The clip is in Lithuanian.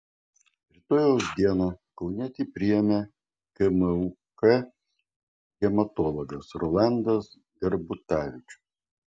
rytojaus dieną kaunietį priėmė kmuk hematologas rolandas gerbutavičius